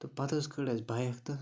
تہٕ پَتہٕ حظ کٔڑ اَسہِ بایک تہٕ